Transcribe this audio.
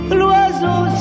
l'oiseau